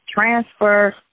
transfer